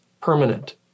permanent